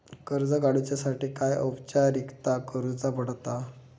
कर्ज काडुच्यासाठी काय औपचारिकता करुचा पडता?